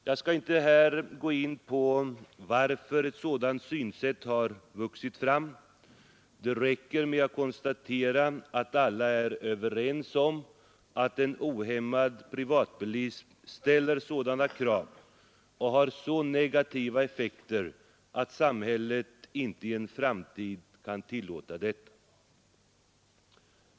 Jag skall inte här gå in på varför ett sådant synsätt har vuxit fram. Det räcker med att konstatera att alla är överens om att en ohämmad privatbilism ställer sådana krav och har så negativa effekter att samhället inte i en framtid kan tillåta detta.